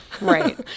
Right